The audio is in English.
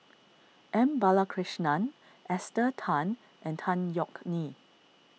M Balakrishnan Esther Tan and Tan Yeok Nee